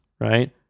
right